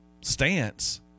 stance